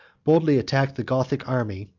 boldly attacked the gothic army,